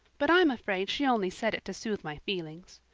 but i'm afraid she only said it to soothe my feelings.